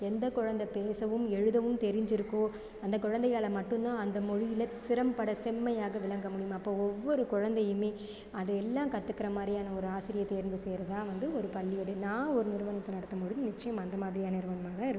எந்தக் குழந்தை பேசவும் எழுதவும் தெரிஞ்சிருக்கோ அந்த குழந்தையால் மட்டும்தான் அந்த மொழியில் சிரம்பட செம்மையாக விளங்க முடியும் அப்போ ஒவ்வொரு குழந்தையுமே அது எல்லாம் கற்றுக்கற மாதிரியான ஒரு ஆசிரியரை தேர்வு செய்கிறது தான் வந்து ஒரு பள்ளியுடைய நான் ஒரு நிறுவனத்தை நடத்தும் போது நிச்சயம் அந்த மாதிரியான நிறுவனமாகத்தான் இருக்கும்